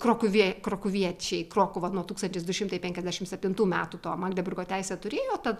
krokuvie krokuviečiai krokuva nuo tūkstantis du šimtai penkiasdešimt septintų metų to magdeburgo teisę turėjo tad